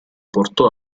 portò